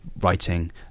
writing